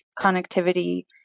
connectivity